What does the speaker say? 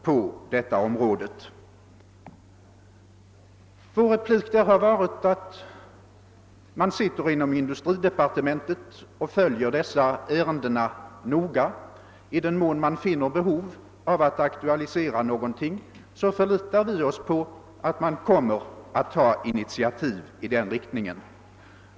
Vår replik är att man inom industridepartementet noga följer dessa problem, och vi förlitar oss på att man kommer att ta initiativ i den mån man finner behov av att aktualisera någonting.